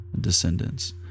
descendants